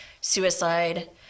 suicide